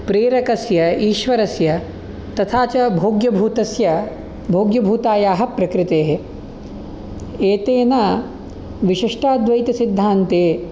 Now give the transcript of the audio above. प्रेरकस्य ईश्वरस्य तथा च भोग्यभूतस्य भोग्यभूतायाः प्रकृतेः एतेन विशिष्टाद्वैतसिद्धान्ते